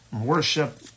worship